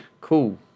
Cool